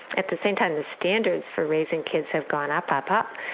at the same time the standards for raising kids have gone up, up, up,